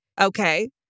Okay